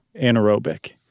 anaerobic